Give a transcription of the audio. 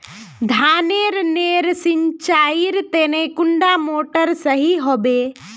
धानेर नेर सिंचाईर तने कुंडा मोटर सही होबे?